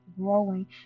growing